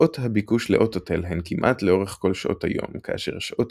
שעות הביקוש לאוטותל הן כמעט לאורך כל שעות היום כאשר שעות